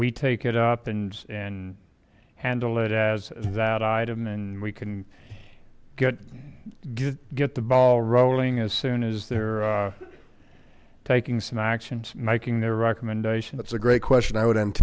we take it up and and handle it as that item and we can get get the ball rolling as soon as they're taking some actions making their recommendation that's a great question i would